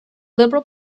liberal